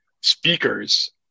speakers